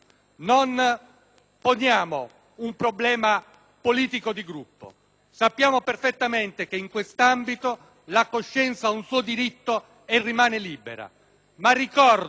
sappiamo perfettamente che in quest'ambito la coscienza ha un suo diritto e rimane libera. Ma ricordo che abbiamo sempre combattuto il formalismo giuridico